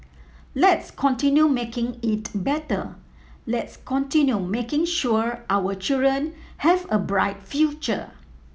let's continue making it better let's continue making sure our children have a bright future